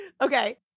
Okay